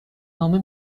نامه